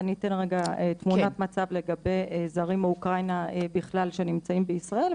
ואני אתן רגע תמונת מצב לגבי זרים מאוקראינה בכלל שנמצאים בישראל,